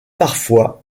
parfois